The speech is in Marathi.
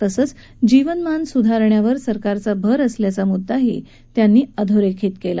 तसंच जीवनमान सुधारण्यावर सरकारचा भर असल्याचा मुद्दा ही त्यांनी अधोरेखित केला